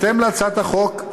לפי הצעת החוק,